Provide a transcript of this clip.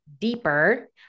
deeper